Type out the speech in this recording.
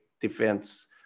defense